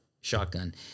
shotgun